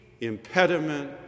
impediment